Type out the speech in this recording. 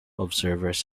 observers